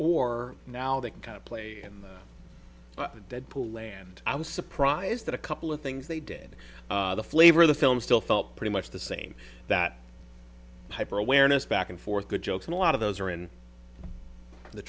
or now they kind of play in the deadpool land i was surprised that a couple of things they did the flavor of the film still felt pretty much the same that hyper awareness back and forth good jokes and a lot of those are in the